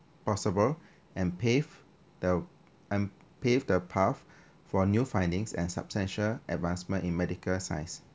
possible and paved the and paved the path for new findings and substantial advancements in medical science